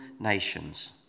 nations